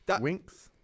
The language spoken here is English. Winks